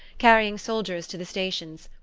carrying soldiers to the stations.